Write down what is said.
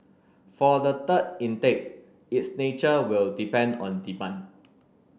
for the third intake its nature will depend on demand